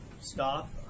stop